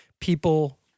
people—